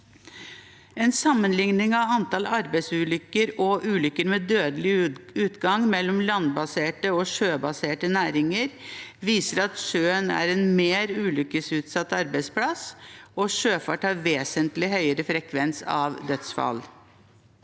En sammenligning av antall arbeidsulykker og ulykker med dødelig utgang mellom landbaserte og sjøbaserte næringer viser at sjøen er en mer ulykkesutsatt arbeidsplass, og at sjøfart har vesentlig høyere frekvens av dødsfall.